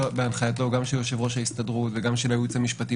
בהנחיתו גם של יושב-ראש ההסתדרות וגם של היועץ המשפטי